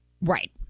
Right